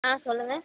ஆ சொல்லுங்க